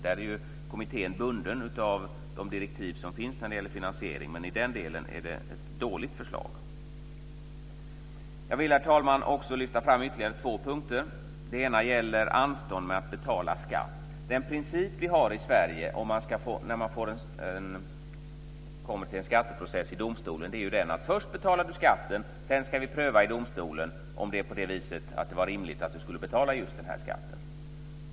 Där är ju kommittén bunden av de direktiv som finns när det gäller finansiering. Men i den delen är det ett dåligt förslag. Jag vill, herr talman, lyfta fram ytterligare två punkter. Den ena gäller anstånd med att betala skatt. Den princip som vi har i Sverige när man kommer till en skatteprocess i domstolen är ju att först betalar du skatten, sedan ska vi pröva i domstolen om det var rimligt att du skulle betala den.